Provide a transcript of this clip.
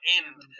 end